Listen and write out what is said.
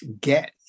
get